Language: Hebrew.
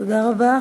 תודה רבה.